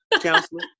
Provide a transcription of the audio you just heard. Counselor